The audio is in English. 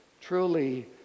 truly